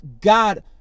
God